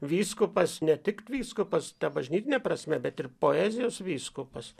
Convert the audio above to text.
vyskupas ne tik vyskupas ta bažnytine prasme bet ir poezijos vyskupas